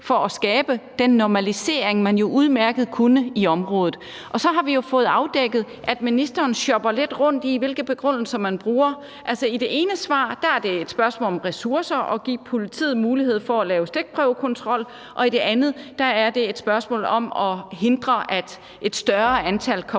for at skabe den normalisering, man jo udmærket kunne have i området. Så har vi jo fået afdækket, at ministeren shopper lidt rundt i, hvilke begrundelser man bruger. I det ene svar er det et spørgsmål om ressourcer at give politiet mulighed for at lave stikprøvekontrol, og i det andet er det et spørgsmål om at hindre, at et større antal kommer